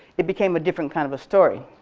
it became a different kind of story.